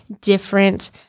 different